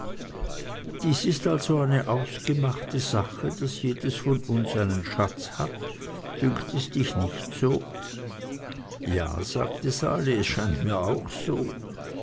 dies ist also eine ausgemachte sache daß jedes von uns einen schatz hat dünkt es dich nicht so ja sagte sali es scheint mir auch so